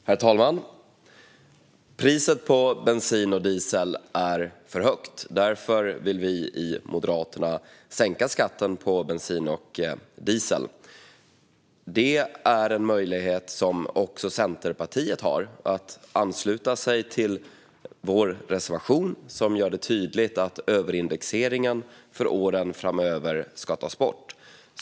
Herr talman! Priset på bensin och diesel är för högt. Därför vill vi i Moderaterna sänka skatten på bensin och diesel. Det är en möjlighet som också Centerpartiet har. De kan ansluta sig till vår reservation, som gör det tydligt att överindexeringen för åren framöver ska tas bort.